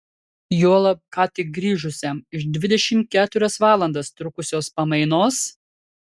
juolab ką tik grįžusiam iš dvidešimt keturias valandas trukusios pamainos